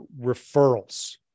referrals